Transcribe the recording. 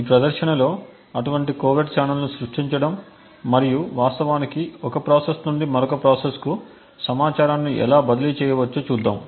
ఈ ప్రదర్శనలో అటువంటి కోవెర్ట్ ఛానెల్ను సృష్టించడం మరియు వాస్తవానికి ఒక ప్రాసెస్ నుండి మరొక ప్రాసెస్ కు సమాచారాన్ని ఎలా బదిలీ చేయవచ్చో చూద్దాం